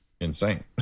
insane